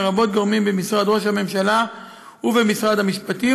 לרבות גורמים במשרד ראש הממשלה ובמשרד המשפטים,